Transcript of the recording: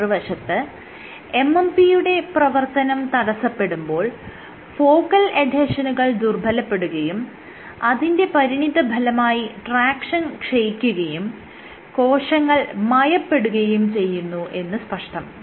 മറുവശത്ത് MMP യുടെ പ്രവർത്തനം തടസ്സപ്പെടുമ്പോൾ ഫോക്കൽ എഡ്ഹെഷനുകൾ ദുർബ്ബലപ്പെടുകയും അതിന്റെ പരിണിതഫലമായി ട്രാക്ഷൻ ക്ഷയിക്കുകയും കോശങ്ങൾ മയപ്പെടുകയും ചെയ്യുന്നു എന്ന് സ്പഷ്ടം